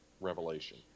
revelation